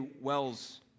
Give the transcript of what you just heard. wells